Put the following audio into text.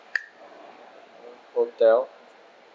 hotel